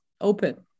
open